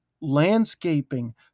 landscaping